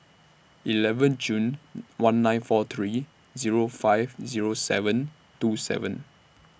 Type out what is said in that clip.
eleven June one nine four three Zero five Zero seven two seven